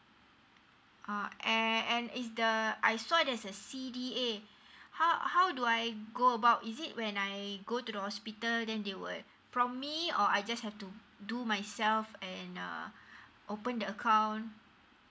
uh and and is the uh I saw there's a C_D_A a how how do I go about is it when I go to the hospital then they will prompt me or I just have to do myself and uh open the account